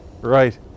Right